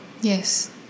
Yes